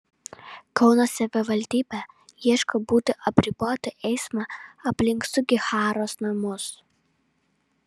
kauno savivaldybė ieško būdų apriboti eismą aplink sugiharos namus